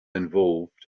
involved